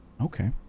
Okay